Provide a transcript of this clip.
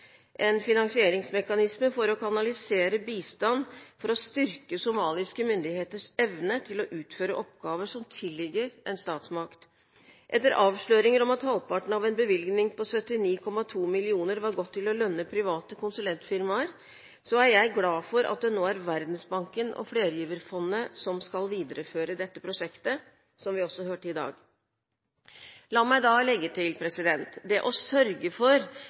en finansieringsmekanisme for å kanalisere bistand til å styrke somaliske myndigheters evne til å utføre oppgaver som tilligger en statsmakt. Etter avsløringer om at halvparten av en bevilgning på 79,2 mill. kr var gått til å lønne private konsulentfirmaer, er jeg glad for at det nå er Verdensbanken og flergiverfondet som skal videreføre dette prosjektet, som vi også hørte i dag. La meg legge til: Det å sørge for